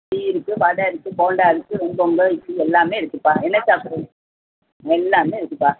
tea இருக்குது வடை இருக்குது போண்டா இருக்குது வெண்பொங்கல் இட்லி எல்லாமே இருக்குதுப்பா என்ன சாப்பிட்றிங்க எல்லாமே இருக்குதுப்பா